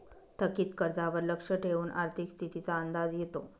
थकीत कर्जावर लक्ष ठेवून आर्थिक स्थितीचा अंदाज येतो